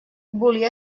volia